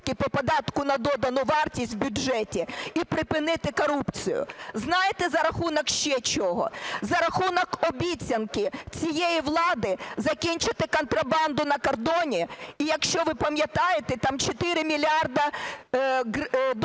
і припинити корупцію. Знаєте, за рахунок ще чого? За рахунок обіцянки цієї влади закінчити контрабанду на кордоні. І якщо ви пам'ятаєте, там 4 мільярди доларів